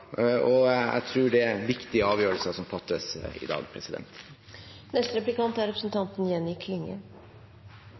og jeg tror det er viktige avgjørelser som fattes her i dag.